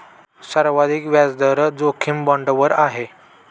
सर्वाधिक व्याजदर जोखीम बाँडवर आहे